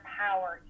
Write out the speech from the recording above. power